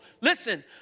Listen